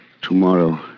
Tomorrow